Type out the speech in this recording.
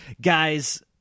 guys